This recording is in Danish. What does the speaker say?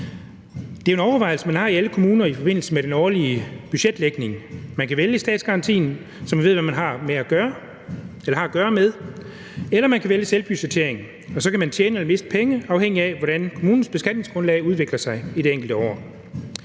Det er jo en overvejelse, man har i alle kommuner i forbindelse med den årlige budgetlægning. Man kan vælge statsgarantien, så man ved, hvad man har at gøre med, eller man kan vælge selvbudgetteringen, og så kan man tjene eller miste penge, afhængigt af hvordan kommunens beskatningsgrundlag udvikler sig i det enkelte år.